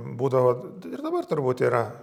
būdavo ir dabar turbūt yra